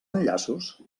enllaços